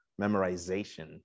memorization